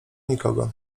nikogo